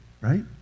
right